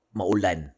maulan